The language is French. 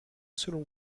selon